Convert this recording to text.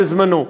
בזמנו,